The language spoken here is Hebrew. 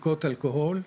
בדיקות אלכוהול,